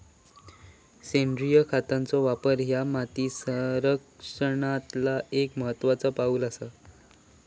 सेंद्रिय खतांचो वापर ह्या माती संरक्षणातला एक महत्त्वाचा पाऊल आसा